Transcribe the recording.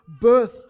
birth